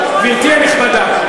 גברתי הנכבדה,